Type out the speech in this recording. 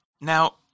Now